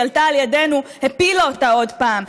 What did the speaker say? וכשהיא הועלתה על ידינו הקואליציה הפילה אותה עוד פעם.